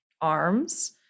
arms